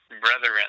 brethren